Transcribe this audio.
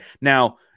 Now